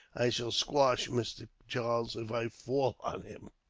i shall squash mr. charles, if i fall on him.